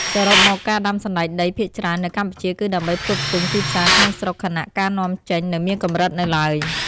សរុបមក ការដាំសណ្ដែកដីភាគច្រើននៅកម្ពុជាគឺដើម្បីផ្គត់ផ្គង់ទីផ្សារក្នុងស្រុក ខណៈការនាំចេញនៅមានកម្រិតនៅឡើយ។